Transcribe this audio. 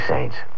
Saints